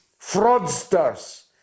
fraudsters